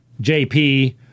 JP